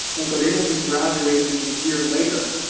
and so they will be graduating a year later